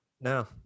No